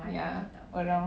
ya around